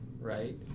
right